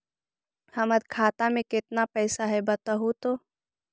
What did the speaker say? हमर खाता में केतना पैसा है बतहू तो?